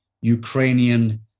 Ukrainian